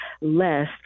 less